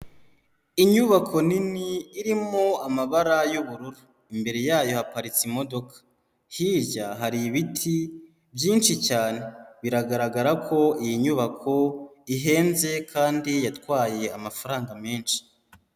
Inyubako nini irimo amabara y'ubururu, imbere yayo haparitse imodoka, hirya hari ibiti byinshi cyane, biragaragara ko iyi nyubako ihenze kandi yatwaye amafaranga menshi.